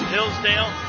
Hillsdale